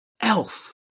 else